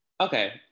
Okay